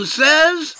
says